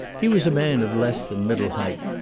he was a man of less than middle height,